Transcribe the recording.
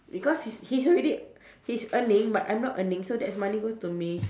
because he's he already he's earning but I'm not earning so that's money go to me